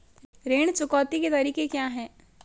ऋण चुकौती के तरीके क्या हैं?